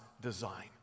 design